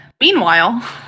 meanwhile